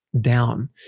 down